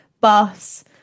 bus